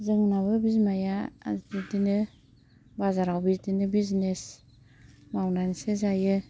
जोंनाबो बिमाया बिब्दिनो बाजाराव बिदिनो बिजिनेस मावनानैसो जायो